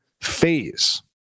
phase